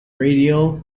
radio